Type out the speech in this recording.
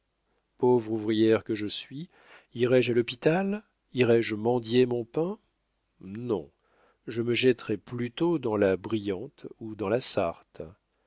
pauvre ouvrière que je suis irai-je à l'hôpital irai-je mendier mon pain non je me jetterais plutôt dans la brillante ou dans la sarthe